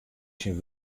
syn